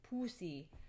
Pussy